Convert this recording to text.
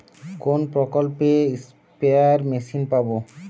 কোন প্রকল্পে spare machine পাব?